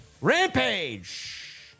Rampage